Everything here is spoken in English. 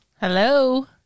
Hello